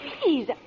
please